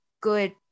good